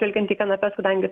žvelgiant į kanapes kadangi